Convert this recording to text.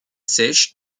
sèche